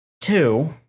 Two